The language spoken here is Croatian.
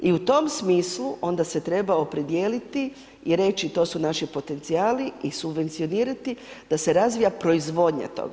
I u tom smislu onda se treba opredijeliti i reći to su naši potencijali i subvencionirati da se razvija proizvodnja toga.